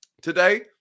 today